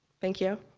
thank you.